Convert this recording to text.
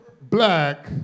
black